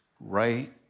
right